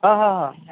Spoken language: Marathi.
हा हा हा